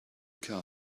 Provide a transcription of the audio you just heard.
car